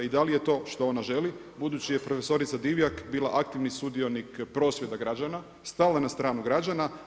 I da li je to što ona želi, budući je profesorica Divjak bila aktivni sudionik prosvjeda građana, stala je na stranu građana.